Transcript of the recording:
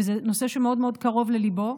זה נושא שמאוד מאוד קרוב לליבו,